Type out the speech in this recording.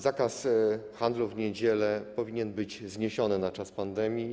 Zakaz handlu w niedziele powinien być zniesiony na czas pandemii.